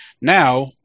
now